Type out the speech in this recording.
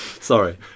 Sorry